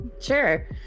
sure